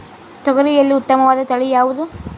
ತೊಗರಿಯಲ್ಲಿ ಉತ್ತಮವಾದ ತಳಿ ಯಾವುದು?